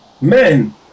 Men